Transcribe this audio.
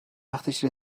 وقتش